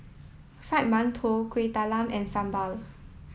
Fried Mantou Kueh Talam and Sambal